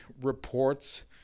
reports